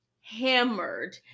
hammered